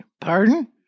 Pardon